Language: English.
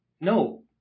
No